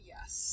Yes